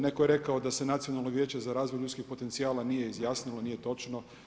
Netko je rekao da se Nacionalno vijeće za razvoj ljudskih potencijala nije izjasnilo, nije točno.